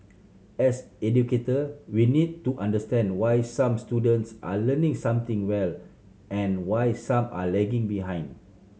as educator we need to understand why some students are learning something well and why some are lagging behind